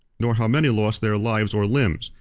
nor how many lost their lives or limbs,